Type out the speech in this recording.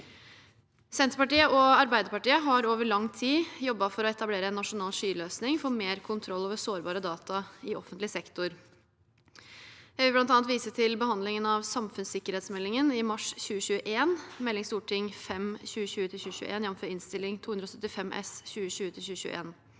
Senterpartiet og Arbeiderpartiet har over lang tid jobbet for å etablere en nasjonal skyløsning for mer kontroll over sårbare data i offentlig sektor. Jeg vil bl.a. vise til behandlingen av samfunnssikkerhetsmeldingen i mars 2021, Meld. St. 5 for 2020–2021, jf. Innst. 275 S for 2020–2021.